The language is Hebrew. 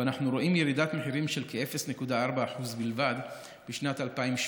אנחנו רואים ירידת מחירים של כ-0.4% בלבד בשנת 2018,